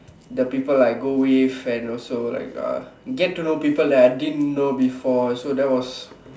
the people I go with and also like uh get to know people that I didn't know before so that was